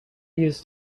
used